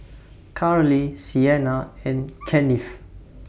Carly Sienna and Kennith